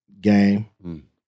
game